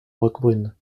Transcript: roquebrune